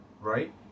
right